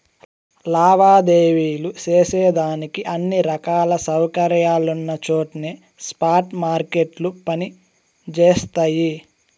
లావాదేవీలు సేసేదానికి అన్ని రకాల సౌకర్యాలున్నచోట్నే స్పాట్ మార్కెట్లు పని జేస్తయి